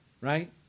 right